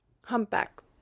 Humpback